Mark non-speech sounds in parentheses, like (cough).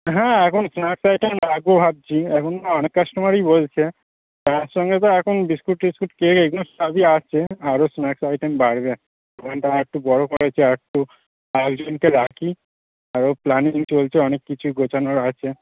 হ্যাঁ এখন snacks item রাখবো ভাবছি এখন না অনেক কাস্টোমারই বলছে চায়ের সঙ্গে তো এখন বিস্কুট টিস্কুট কেক এগুনো সবই আছে আরও স্ন্যাক্স আইটেম বাড়বে দোকানটা আরটু বড়ো করার (unintelligible) আরেকজনকে রাখি আরও প্ল্যানিং চলছে অনেক কিছুই গোছানোর আছে